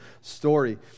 story